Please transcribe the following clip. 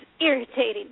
irritating